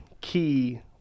key